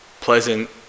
Pleasant